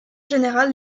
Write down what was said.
général